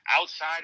outside